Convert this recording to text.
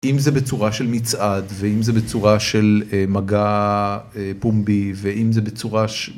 אם זה בצורה של מצעד ואם זה בצורה של מגע פומבי ואם זה בצורה של.